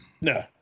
No